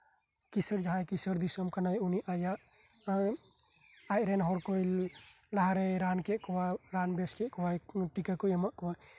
ᱠᱤᱥᱟᱹᱬ ᱡᱟᱦᱟᱸᱭ ᱠᱤᱥᱟᱹᱬ ᱫᱤᱥᱚᱢ ᱠᱟᱱᱟᱭ ᱩᱱᱤ ᱟᱭᱟᱜ ᱟ ᱟᱡᱨᱮᱱ ᱦᱚᱲ ᱠᱚᱭ ᱞᱟᱦᱟ ᱨᱮᱭ ᱨᱟᱱ ᱠᱮᱫ ᱠᱚᱣᱟ ᱨᱟᱱ ᱵᱮᱥ ᱠᱮᱫ ᱠᱚᱣᱟᱭ ᱠᱳᱨᱳᱱᱟ ᱴᱤᱠᱟ ᱠᱚᱭ ᱮᱢᱟᱜ ᱠᱚᱣᱟᱭ